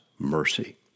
Mercy